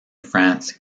france